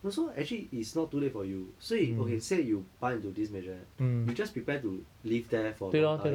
no so actually it's not to late for you 所以 okay say you buy into this maisonette you just prepare to live there for a long time